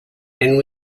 and